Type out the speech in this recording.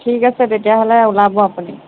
ঠিক আছে তেতিয়াহ'লে ওলাব আপুনি